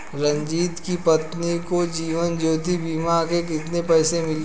रंजित की पत्नी को जीवन ज्योति बीमा के कितने पैसे मिले?